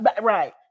right